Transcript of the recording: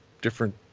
different